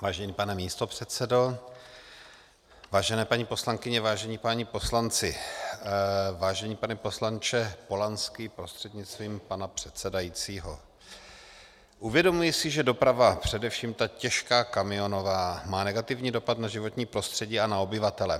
Vážený pane místopředsedo, vážené paní poslankyně, vážení páni poslanci, vážený pane poslanče Polanský prostřednictvím pana předsedajícího, uvědomuji si, že doprava, především ta těžká kamionová, má negativní dopad na životní prostředí a na obyvatele.